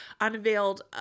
unveiled